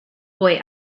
boy